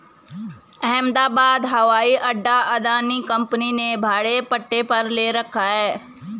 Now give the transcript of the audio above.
अहमदाबाद हवाई अड्डा अदानी कंपनी ने भाड़े पट्टे पर ले रखा है